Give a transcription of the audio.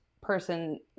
person